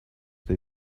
they